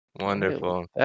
Wonderful